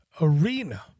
arena